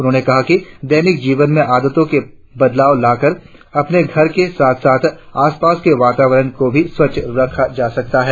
उन्होंने कहा कि दैनिक जीवन के आदतो में बदलाव लाकर हम अपने घर के साथ साथ आसपास के वातावरण को भी स्वच्छ रख सकते है